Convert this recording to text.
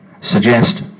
suggest